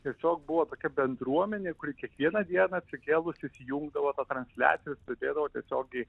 tiesiog buvo tokia bendruomenė kuri kiekvieną dieną atsikėlusi įsijungdavo tą transliaciją ir sedėdavo tiesiogiai